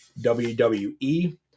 WWE